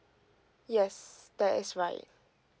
yes that is right